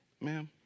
Ma'am